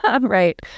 right